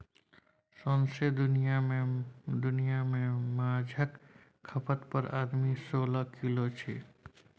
सौंसे दुनियाँ मे माछक खपत पर आदमी सोलह किलो छै